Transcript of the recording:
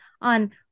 on